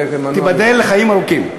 תיבדל לחיים ארוכים.